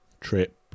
trip